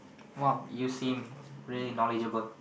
!wow! you seem really knowledgable